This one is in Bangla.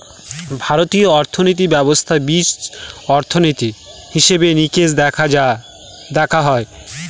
ভারতীয় অর্থনীতি ব্যবস্থার বীজ অর্থনীতি, হিসেব নিকেশ দেখা হয়